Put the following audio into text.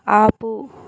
ఆపు